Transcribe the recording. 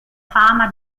fama